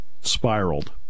spiraled